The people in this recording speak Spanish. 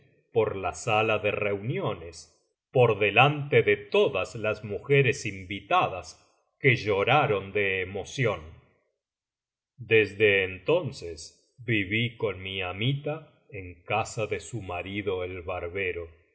por la sala de reuniones por delante de tocias las mujeres invitadas que lloraron de emoción desde entonces viví con mi amita en casa de su marido el barbero